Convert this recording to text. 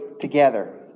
together